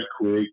quick